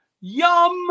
Yum